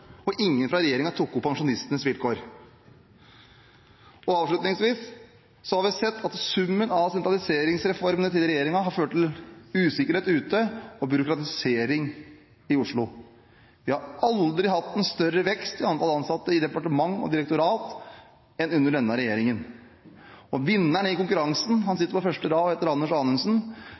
og ingen fra regjeringen tok opp pensjonistenes vilkår. Avslutningsvis: Vi har sett at summen av sentraliseringsreformene til regjeringen har ført til usikkerhet ute og byråkratisering i Oslo. Vi har aldri hatt en større vekst i antall ansatte i departement og direktorat enn under denne regjeringen, og vinneren i konkurransen sitter på første rad og heter Anders Anundsen.